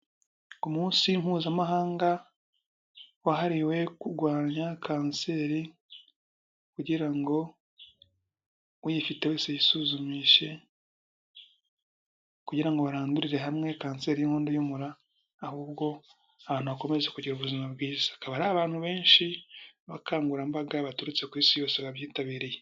Ku munsi mpuzamahanga wahariwe kurwanya kanseri kugira ngo uyifite wese yisuzumishe kugira ngo barandurire hamwe kanseri y'inkondo y'umura, ahubwo abantu bakomeje kugira ubuzima bwiza, hakaba hari abantu benshi, abakangurambaga baturutse ku isi yose babyitabiriye.